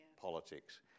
politics